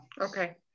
Okay